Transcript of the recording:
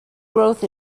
growth